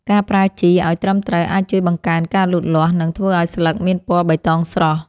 ការប្រើជីឲ្យត្រឹមត្រូវអាចជួយបង្កើនការលូតលាស់ និងធ្វើឲ្យស្លឹកមានពណ៌បៃតងស្រស់។